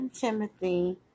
Timothy